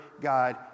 God